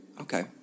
Okay